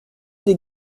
des